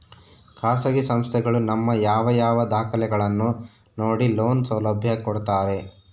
ಖಾಸಗಿ ಸಂಸ್ಥೆಗಳು ನಮ್ಮ ಯಾವ ಯಾವ ದಾಖಲೆಗಳನ್ನು ನೋಡಿ ಲೋನ್ ಸೌಲಭ್ಯ ಕೊಡ್ತಾರೆ?